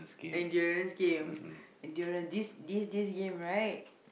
endurance game endurance this this this game right